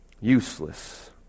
useless